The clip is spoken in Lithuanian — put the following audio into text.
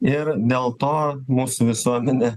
ir dėl to mūsų visuomenė